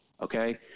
okay